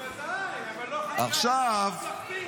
בוודאי, אבל לא ועדת חקירה ממלכתית.